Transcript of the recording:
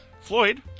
Floyd